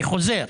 אני חוזר,